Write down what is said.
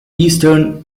eastern